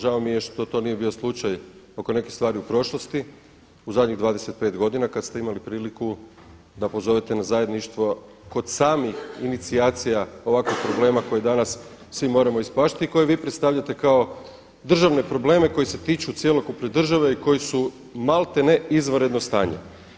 Žao mi je što to nije bio slučaj oko nekih stvari u prošlosti u zadnjih 25 godina kada ste imali priliku da pozovete na zajedništvo kod samih inicijacija ovakvih problema koje danas svi moramo ispaštati i koje vi predstavljate kao državne probleme koji se tiču cjelokupne države i koji su maltene izvanredno stanje.